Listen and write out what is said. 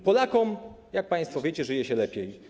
Polakom, jak państwo wiecie, żyje się lepiej.